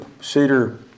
cedar